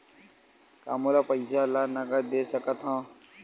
का मोला पईसा ला नगद दे सकत हव?